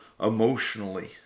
emotionally